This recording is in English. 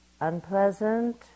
unpleasant